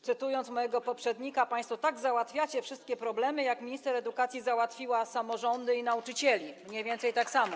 Cytując mojego poprzednika, państwo tak załatwiacie wszystkie problemy, jak minister edukacji załatwiła samorządy i nauczycieli, mniej więcej tak samo.